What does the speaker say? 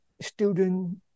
student